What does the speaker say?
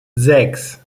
sechs